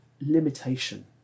limitation